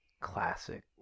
classic